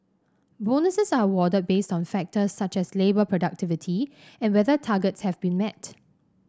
bonuses are awarded based on factors such as labour productivity and whether targets have been met